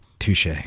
Touche